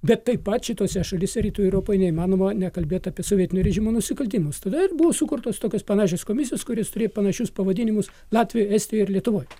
bet taip pat šitose šalyse rytų europoj neįmanoma nekalbėti apie sovietinio režimo nusikaltimus todėl ir buvo sukurtos tokios panašios komisijos kuris turėjo panašius pavadinimus latvijoj estijoj ir lietuvoj